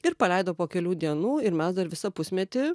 ir paleido po kelių dienų ir mes dar visą pusmetį